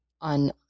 on